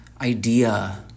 idea